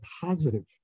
positive